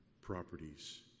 properties